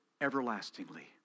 everlastingly